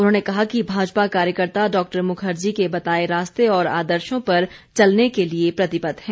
उन्होंने कहा कि भाजपा कार्यकर्ता डॉ मुखर्जी के बताए रास्ते और आदर्शों पर चलने के लिए प्रतिबद्ध हैं